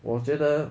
我觉得